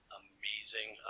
amazing